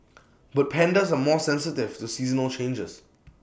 but pandas are more sensitive to seasonal changes